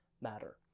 matter